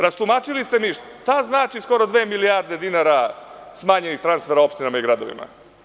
Rastumačili ste mi šta znači skoro dve milijarde dinara smanjenih transfera opštinama i gradovima.